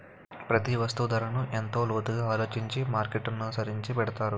ప్రతి వస్తువు ధరను ఎంతో లోతుగా ఆలోచించి మార్కెట్ననుసరించి పెడతారు